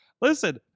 Listen